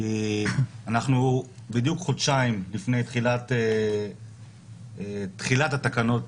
כי אנחנו בדיוק חודשיים לפני תחילת התקנות